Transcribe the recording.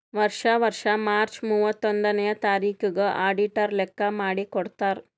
ವರ್ಷಾ ವರ್ಷಾ ಮಾರ್ಚ್ ಮೂವತ್ತೊಂದನೆಯ ತಾರಿಕಿಗ್ ಅಡಿಟರ್ ಲೆಕ್ಕಾ ಮಾಡಿ ಕೊಡ್ತಾರ್